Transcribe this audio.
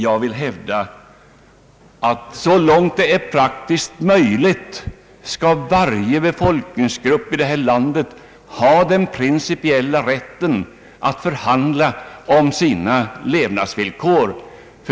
Jag vill hävda att varje befolkningsgrupp i detta land så långt det är praktiskt möjligt skall ha den principiella rätten att förhandla om sina levnadsvillkor.